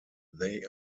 they